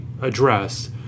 address